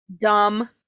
dumb